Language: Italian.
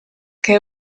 che